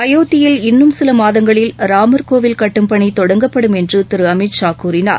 அயோத்தியில் இன்னும் சில மாதங்களில் ராமர் கோவில் கட்டும் பணி தொடங்கப்படும் என்று திரு அமித்ஷா கூறினார்